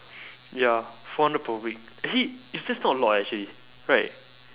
ya four hundred per week actually it's that's not a lot leh actually right